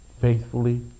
Faithfully